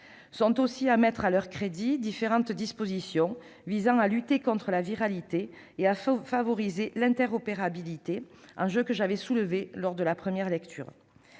Sont aussi à mettre à son crédit les différentes dispositions visant à lutter contre la viralité et à favoriser l'interopérabilité, enjeux sur lesquels j'avais mis l'accent en première lecture.